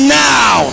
now